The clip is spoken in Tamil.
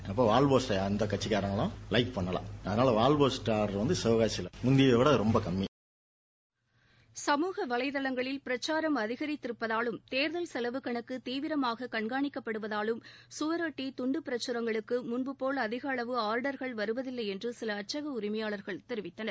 இப்ப வால்போஸ்டரை எந்த கட்சிக்காங்களும் லைக் பண்ணல சிவகாசியில் அகனால் வால்போஸ்டர் ஆற்டர் முந்தியைவிட ரொம்ப கம்மிப சமூக வலைதளங்களில் பிரச்சாரம் அதிகரித்திருப்பதாலும் தேர்தல் செலவு கணக்கு தீவிரமாக கண்காணிக்கப்படுவதாலும் சுவரொட்டி துண்டு பிரகரங்களுக்கு முன்புபோல் அதிக அளவு ஆர்டர்கள் வருவதில்லை என்று சில அச்சக உரிமையாளர்கள் தெரிவித்தனர்